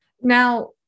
Now